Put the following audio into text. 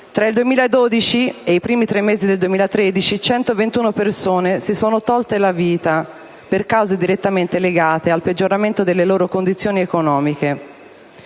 Tra il 2012 e i primi tre mesi del 2013, 121 persone si sono tolte la vita per cause direttamente legate al peggioramento delle loro condizioni economiche.